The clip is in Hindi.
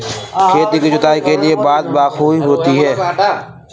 खेती की जुताई के बाद बख्राई होती हैं?